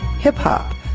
hip-hop